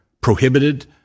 prohibited